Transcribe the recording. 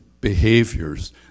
behaviors